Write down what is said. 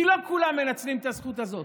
כי לא כולם מנצלים את הזכות הזאת,